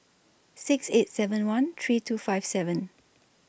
six eight seven one three two five seven